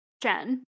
Jen